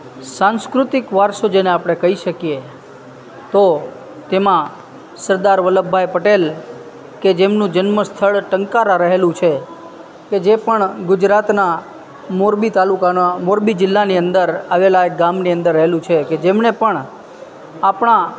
સાંસ્કૃતિક વારસો જેને આપણે કહી શકીએ તો તેમાં સરદાર વલ્લભભાઈ પટેલ કે જેમનું જન્મસ્થળ ટંકારા રહેલું છે કે જે પણ ગુજરાતના મોરબી તાલુકાના મોરબી જિલ્લાની અંદર આવેલા ગામની અંદર રહેલું છે કે જેમણે પણ આપણા